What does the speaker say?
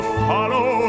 follow